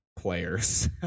players